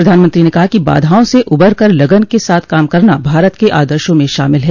प्रधानमंत्री ने कहा कि बाधाओं से उबरकर लगन के साथ काम करना भारत के आदर्शों में शामिल है